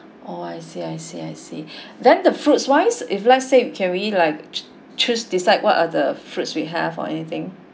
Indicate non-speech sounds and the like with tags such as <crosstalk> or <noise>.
oh I see I see I see <breath> then the fruits wise if let's say can we like ch~ choose decide what are the fruits we have or anything